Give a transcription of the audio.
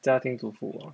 家庭主妇 orh